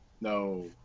no